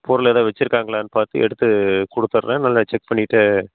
பொருள் ஏதாவது வைச்சிருக்காங்களான்னு பார்த்து எடுத்து கொடுத்துட்றேன் நல்லா செக் பண்ணிவிட்டு